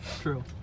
True